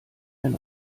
ein